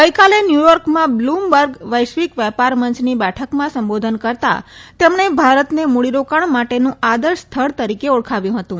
ગઈકાલે ન્યુચોર્કમાં બ્લુમબર્ગ વૈશ્વિક વેપાર મંચની બેઠકમાં સંબોધન કરતાં તેમણે ભારતને મુડીરોકાણ માટેનું આદર્શ સ્થળ તરીકે ઓળખાવ્યું હતું